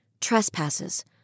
Trespasses